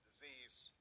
disease